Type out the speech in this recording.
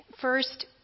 first